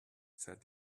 said